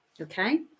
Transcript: okay